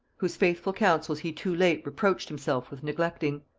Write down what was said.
whose faithful counsels he too late reproached himself with neglecting.